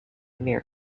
near